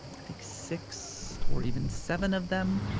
i think six or even seven of them,